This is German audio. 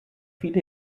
viele